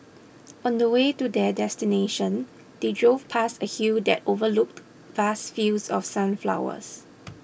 on the way to their destination they drove past a hill that overlooked vast fields of sunflowers